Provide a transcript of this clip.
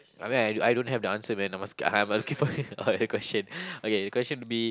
I mean I I don't have the answer man I'm asking I'm looking for other question okay the question will be